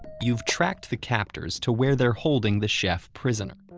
you've tracked the captors to where they're holding the chef prisoner.